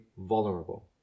vulnerable